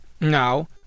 now